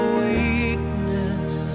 weakness